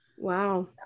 Wow